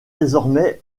désormais